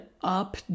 up